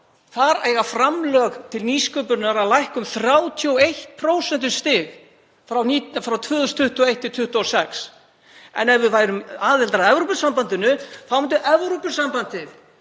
Þar eiga framlög til nýsköpunar að lækka um 31 prósentustig frá 2021–2026. Ef við værum aðilar að Evrópusambandinu myndi Evrópusambandið